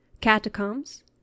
catacombs